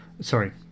Sorry